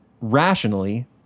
rationally